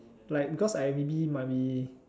like because I maybe might be